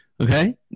Okay